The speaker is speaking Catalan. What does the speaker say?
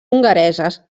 hongareses